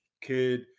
kid